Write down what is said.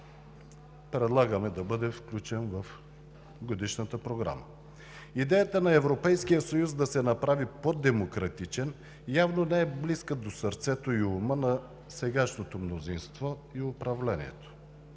„Съюз на демократичната промяна“. Идеята на Европейския съюз да се направи по-демократичен, явно не е близка до сърцето и ума на сегашното мнозинство и управлението.